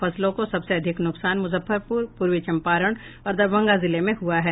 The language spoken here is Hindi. फसलों को सबसे अधिक नुकसान मुजफ्फरपुर पूर्वी चम्पारण और दरभंगा जिले में हुआ है